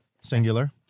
singular